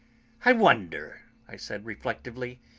i wonder, i said reflectively,